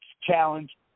Challenge